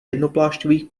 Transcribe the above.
jednoplášťových